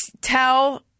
tell